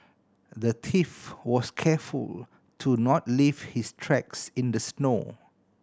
the thief was careful to not leave his tracks in the snow